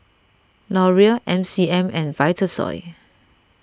Laurier M C M and Vitasoy